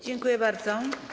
Dziękuję bardzo.